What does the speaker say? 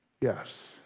Yes